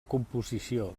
composició